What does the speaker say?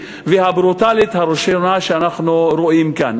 והברוטלית הראשונה שאנחנו רואים כאן.